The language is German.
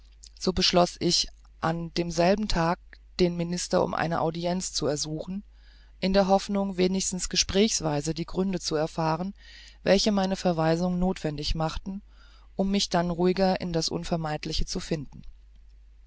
so beschloß ich an demselben tage den minister um eine audienz zu ersuchen in der hoffnung wenigstens gesprächsweise die gründe zu erfahren welche meine verweisung nothwendig machten um mich dann ruhiger in das unvermeidliche zu finden